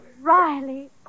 Riley